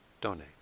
donate